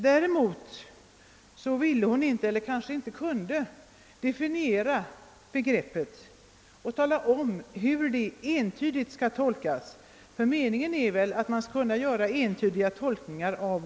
Däremot ville eller kunde hon inte definiera begreppet på ett entydigt sätt. Det är väl ändå meningen att vår lagstiftning skall kunna tolkas på ett entydigt sätt.